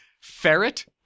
Ferret